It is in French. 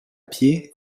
pied